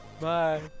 Bye